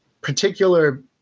particular